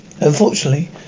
Unfortunately